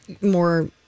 more